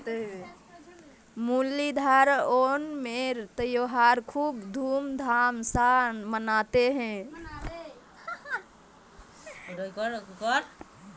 मुरलीधर ओणमेर त्योहार खूब धूमधाम स मनाले